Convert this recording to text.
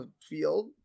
field